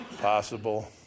possible